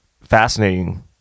fascinating